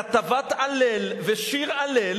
כתבת הלל ושיר הלל